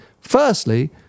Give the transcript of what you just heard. firstly